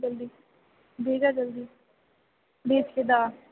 जल्दीभेजऽ जल्दी भेजके दऽ आ